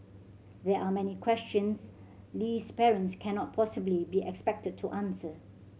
there are many questions Lee's parents cannot possibly be expected to answer